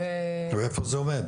ואיפה זה עומד?